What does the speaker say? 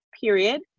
period